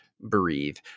Breathe